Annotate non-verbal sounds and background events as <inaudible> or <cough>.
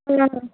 <unintelligible>